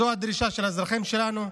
זו הדרישה של האזרחים שלנו,